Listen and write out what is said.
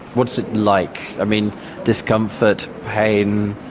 what's it like? i mean discomfort, pain?